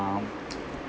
uh